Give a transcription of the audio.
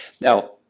Now